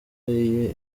iyo